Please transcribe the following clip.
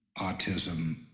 autism